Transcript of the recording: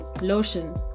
lotion